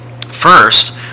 First